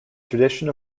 tradition